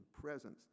presence